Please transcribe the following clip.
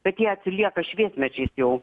bet jie atsilieka šviesmečiais jau